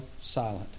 silent